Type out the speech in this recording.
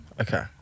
okay